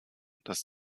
dass